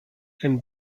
and